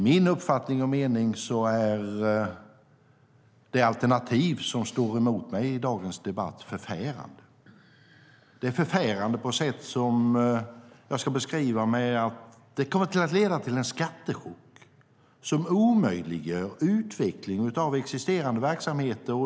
Min uppfattning är att det alternativ som står emot mig i dagens debatt är förfärande. Det kommer att leda till en skattechock som omöjliggör utveckling av existerande verksamheter.